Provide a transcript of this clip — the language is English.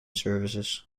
services